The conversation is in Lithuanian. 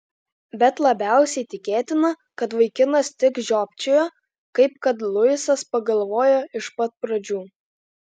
bet labiausiai tikėtina kad vaikinas tik žiopčiojo kaip kad luisas pagalvojo iš pat pradžių